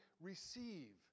receive